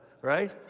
right